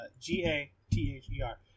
G-A-T-H-E-R